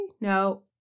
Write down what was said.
No